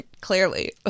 Clearly